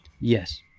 yes